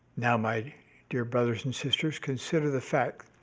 now, my dear brothers and sisters, consider the fact